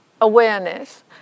awareness